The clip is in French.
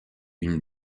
une